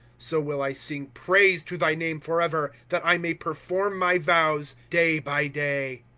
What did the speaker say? so will i sing praise to thy name forever. that i may perform my vows, day by day.